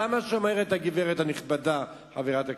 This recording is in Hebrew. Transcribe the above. זה מה שאומרת הגברת הנכבדה, חברת הכנסת.